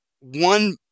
one